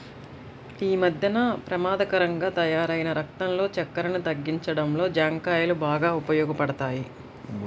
యీ మద్దెన పెమాదకరంగా తయ్యారైన రక్తంలో చక్కెరను తగ్గించడంలో జాంకాయలు బాగా ఉపయోగపడతయ్